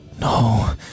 No